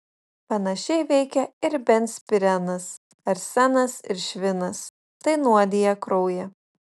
panašiai veikia ir benzpirenas arsenas ir švinas tai nuodija kraują